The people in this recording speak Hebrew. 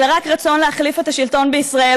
אלא רק "רצון להחליף את השלטון בישראל".